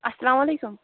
اَلسلامُ علیکُم